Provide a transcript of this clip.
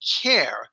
care